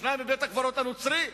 שניים בבית-הקברות הנוצרי,